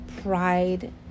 pride